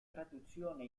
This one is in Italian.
traduzione